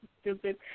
stupid